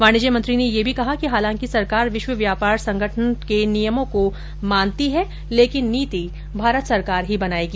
वाणिज्य मंत्री ने यह भी कहा कि हालांकि सरकार विश्व व्यापार संगठन के नियमों को मानती है लेकिन नीति भारत सरकार ही बनाएगी